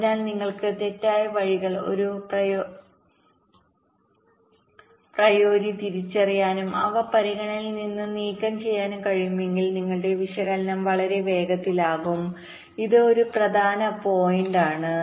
അതിനാൽ നിങ്ങൾക്ക് തെറ്റായ വഴികൾ ഒരു പ്രിയോറിതിരിച്ചറിയാനും അവ പരിഗണനയിൽ നിന്ന് നീക്കം ചെയ്യാനും കഴിയുമെങ്കിൽ നിങ്ങളുടെ വിശകലനം വളരെ വേഗത്തിലാകും ഇത് ഒരു പ്രധാന പോയിന്റാണ്